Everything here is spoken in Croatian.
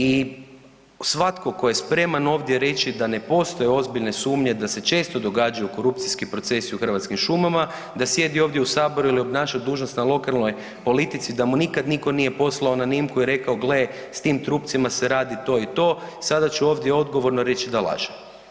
I svatko tko je spreman ovdje reći da ne postoje ozbiljne sumnje da se često događaju korupcijski procesi u Hrvatskim šumama da sjedi ovdje u saboru ili obnaša dužnost na lokalnoj politici da mu nikad nitko nije poslao anonimku i rekao gle s tim trupcima se radi to i to sada ću ovdje odgovorno reći da laže.